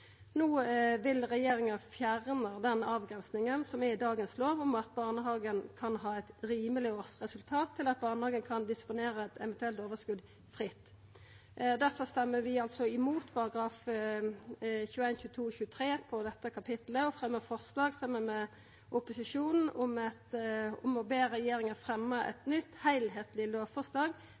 No vil regjeringa fjerna den avgrensinga som er i dagens lov, om at barnehagen kan ha eit rimelig årsresultat, og endra til at barnehagen kan disponera eit eventuelt overskot fritt. Difor stemmer vi altså imot §§ 21, 22 og 23 i dette kapittelet og fremjar saman med opposisjonen forslag om å be regjeringa fremja eit nytt, heilskapleg lovforslag